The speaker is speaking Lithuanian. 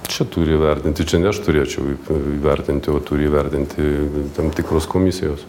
čia turi įvertinti čia ne aš turėčiau vertinti o turi įvertinti tam tikros komisijos